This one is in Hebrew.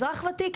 אזרח וותיק,